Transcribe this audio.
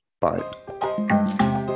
bye